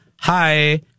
hi